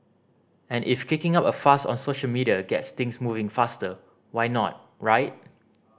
and if kicking up a fuss on social media gets things moving faster why not right